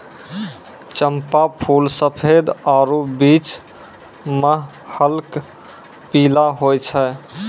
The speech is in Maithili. चंपा फूल सफेद आरु बीच मह हल्क पीला होय छै